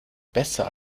besser